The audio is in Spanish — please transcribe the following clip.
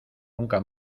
nunca